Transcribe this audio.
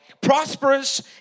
prosperous